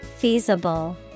feasible